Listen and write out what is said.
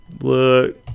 Look